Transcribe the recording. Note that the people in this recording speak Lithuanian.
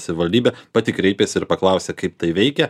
savivaldybė pati kreipėsi ir paklausė kaip tai veikia